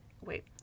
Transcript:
wait